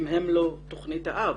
האם הם לא תוכנית אב.